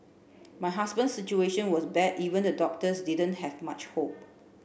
my husband's situation was bad even the doctors didn't have much hope